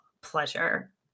pleasure